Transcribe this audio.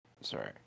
Sorry